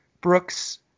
Brooks